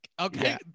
Okay